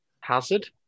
Hazard